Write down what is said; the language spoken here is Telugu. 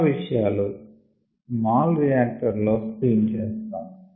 చాలా విషయాలు స్మాల్ రియాక్టర్ లో స్క్రీన్ చేస్తాము